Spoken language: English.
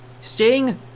Sting